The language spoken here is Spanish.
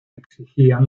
exigían